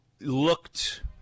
looked –